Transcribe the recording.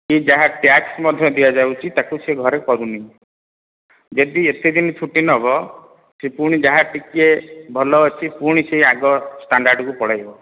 କି ଯାହା ଟାସ୍କ ମଧ୍ୟ ଦିଆଯାଉଛି ତାକୁ ସେ ଘରେ କରୁନି ଯଦି ଏତେଦିନ ଛୁଟି ନେବ ପୁଣି ସେ ଯାହା ଟିକିଏ ଭଲ ଅଛି ପୁଣି ସେ ଆଗ ଷ୍ଟାଣ୍ଡାର୍ଡ଼କୁ ପଳାଇବ